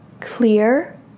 Clear